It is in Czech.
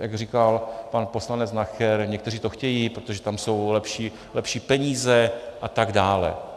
Jak říkal pan poslanec Nacher, někteří to chtějí, protože tam jsou lepší peníze atd.